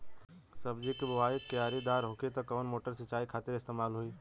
सब्जी के बोवाई क्यारी दार होखि त कवन मोटर सिंचाई खातिर इस्तेमाल होई?